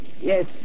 yes